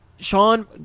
Sean